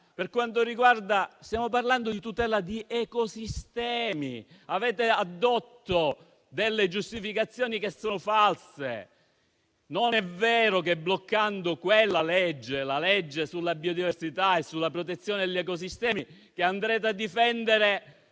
parlando di tutela di ecosistemi. Avete addotto giustificazioni false: non è vero che bloccando la legge sulla biodiversità e sulla protezione degli ecosistemi andrete a difendere